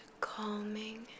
calming